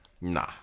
Nah